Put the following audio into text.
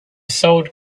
sold